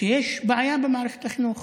יש בעיה במערכת החינוך